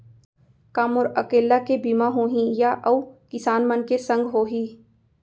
का मोर अकेल्ला के बीमा होही या अऊ किसान मन के संग होही?